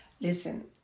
listen